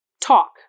Talk